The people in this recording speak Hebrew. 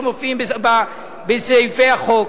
שמופיעים בסעיפי החוק,